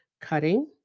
cutting